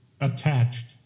attached